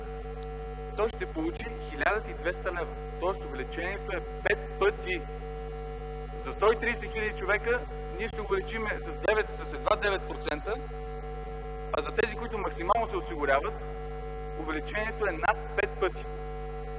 той ще получи 1200 лв., тоест увеличението е пет пъти. За 130 хиляди човека ние ще увеличим с едва 9%, а за тези, които максимално се осигуряват, увеличението е над пет пъти.